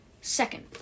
second